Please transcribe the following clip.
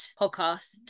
Podcast